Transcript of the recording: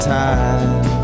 time